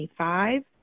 25